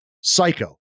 psycho